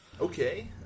okay